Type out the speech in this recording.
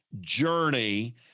journey